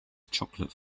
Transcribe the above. chocolate